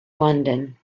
london